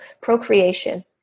procreation